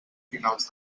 finals